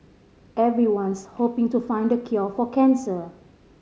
everyone's hoping to find the cure for cancer